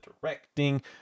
directing